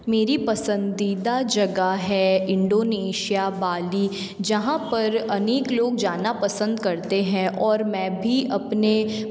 मेरी पसंदीदा जगह है इंडोनेशिया बाली जहाँ पर अनेक लोग जाना पसंद करते हैं और मैं भी अपने